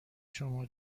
شما